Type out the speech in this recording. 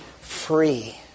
free